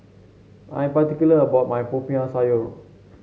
I'm particular about my Popiah Sayur